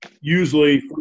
usually